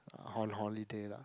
on holiday lah